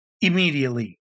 immediately